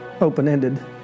open-ended